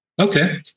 Okay